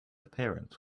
appearance